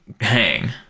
hang